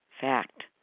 fact